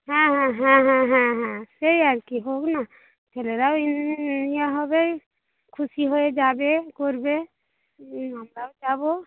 হ্যাঁ হ্যাঁ হ্যাঁ হ্যাঁ হ্যাঁ হ্যাঁ সেই আর কি হোক না ছেলেরাও হবে খুশি হয়ে যাবে করবে আমরাও যাবো